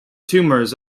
tumors